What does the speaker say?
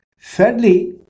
thirdly